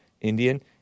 Indian